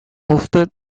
hosted